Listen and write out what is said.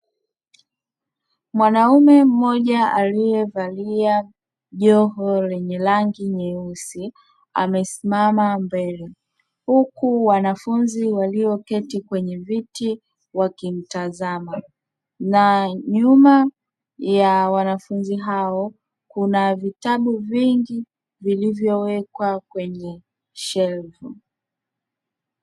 Mwanaume mmoja aliyevalia joho lenye rangi nyeusi amesimama mbele huku wanafunzi walioketi kwenye viti wakimtazama na nyuma ya wanafunzi hao kuna vitabu vingi vilivyowekwa kwenye shelfu.